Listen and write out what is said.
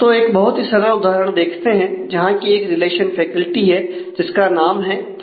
तो एक बहुत ही सरल उदाहरण देखते हैं जहां की एक रिलेशन फैकल्टी है जिसमें नाम है फोन नंबर है